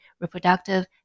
reproductive